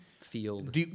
field